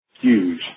huge